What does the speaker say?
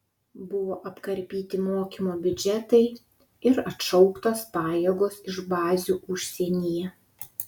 buvo apkarpyti mokymo biudžetai ir atšauktos pajėgos iš bazių užsienyje